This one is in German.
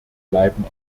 bleiben